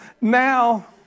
Now